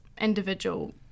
individual